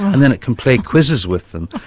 and then it can play quizzes with them.